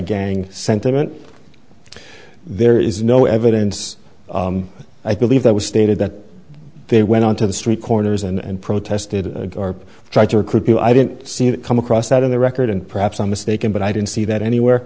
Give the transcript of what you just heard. gang sentiment there is no evidence i believe that was stated that they went onto the street corners and protested or tried to recruit people i didn't see that come across that in the record and perhaps i'm mistaken but i don't see that anywhere